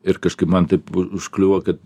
ir kažkaip man taip užkliuvo kad